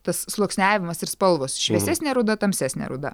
tas sluoksniavimas ir spalvos šviesesnė ruda tamsesnė ruda